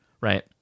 right